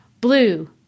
blue